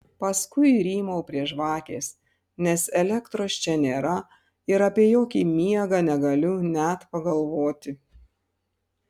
paskui rymau prie žvakės nes elektros čia nėra ir apie jokį miegą negaliu net pagalvoti